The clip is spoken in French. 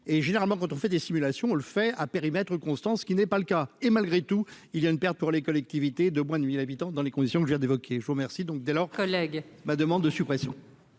et généralement quand on fait des simulations, on le fait à périmètre constant, ce qui n'est pas le cas, et malgré tout il y a une perte pour les collectivités de moins de 1000 habitants dans les conditions que je viens d'évoquer, je vous remercie donc de leurs collègues ma demande de suppression.